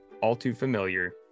all-too-familiar